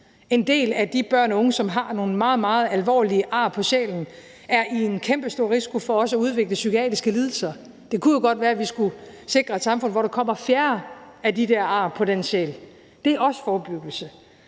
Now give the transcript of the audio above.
En del af de børn og unge, som har nogle meget, meget alvorlige ar på sjælen, er i en kæmpestor risiko for også at udvikle psykiatriske lidelser. Det kunne jo godt være, at vi skulle sikre et samfund, hvor der kommer færre af de der ar på den sjæl. Det er også forebyggelse,